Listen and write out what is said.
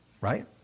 right